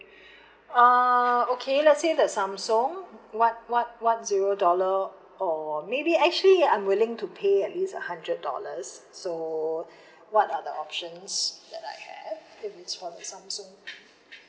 uh okay let say the Samsung what what what zero dollar or maybe actually I'm willing to pay at least a hundred dollars so what are the options that I have if it for the Samsung phone